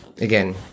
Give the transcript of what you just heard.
again